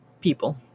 people